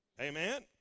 Amen